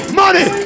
money